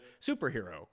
superhero